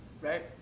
right